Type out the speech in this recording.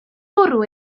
bwrw